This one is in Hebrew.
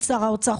שר האוצר,